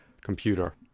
computer